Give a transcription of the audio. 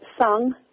sung